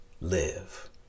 live